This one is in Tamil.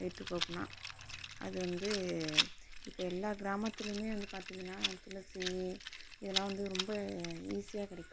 வயிற்றுப்போக்குனால் அது வந்து இப்போ எல்லா கிராமத்திலையுமே வந்து பார்த்தீங்கன்னா துளசி இதெலாம் வந்து ரொம்ப ஈசியாக கிடைக்கும்